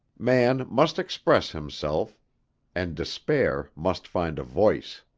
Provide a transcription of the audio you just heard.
man must express himself and despair must find a voice.